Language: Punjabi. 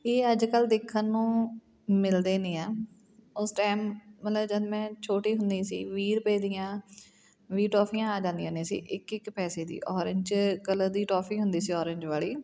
ਇਹ ਅੱਜ ਕੱਲ੍ਹ ਦੇਖਣ ਨੂੰ ਮਿਲਦੇ ਨਹੀਂ ਹੈ ਉਸ ਟਾਈਮ ਮਤਲਵ ਜਦੋਂ ਮੈਂ ਛੋਟੀ ਹੁੰਦੀ ਸੀ ਵੀਹ ਰੁਪਏ ਦੀਆਂ ਵੀਹ ਟੋਫੀਆਂ ਆ ਜਾਂਦੀਆਂ ਨੇ ਸੀ ਇੱਕ ਇੱਕ ਪੈਸੇ ਦੀ ਔਰੇਂਜ ਕਲਰ ਦੀ ਟੋਫੀ ਹੁੰਦੀ ਸੀ ਔਰੇਂਜ ਵਾਲੀ